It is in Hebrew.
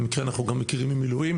במקרה אנחנו גם מכירים ממילואים.